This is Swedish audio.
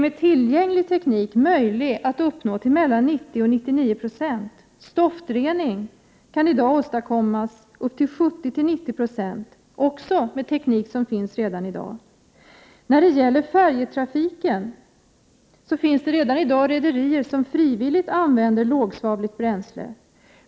Med tillgänglig teknik är det möjligt att uppnå 90-99 96 NO,-rening. Stoftrening kan i dag åstadkommas till uppemot 70-90 26 med hjälp av teknik som finns i dag. När det gäller färjetrafiken finns det redan i dag rederier som frivilligt använder lågsvavligt bränsle.